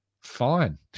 fine